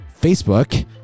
Facebook